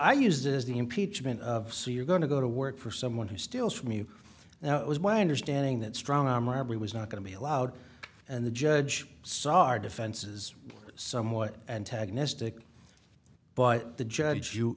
it as the impeachment of so you're going to go to work for someone who steals from you now it was my understanding that strong arm robbery was not going to be allowed and the judge saw our defenses somewhat antagonistic but the judge you